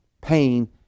pain